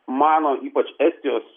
mano ypač estijos